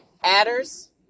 Adders